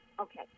Okay